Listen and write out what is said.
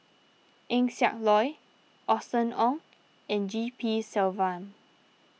Eng Siak Loy Austen Ong and G P Selvam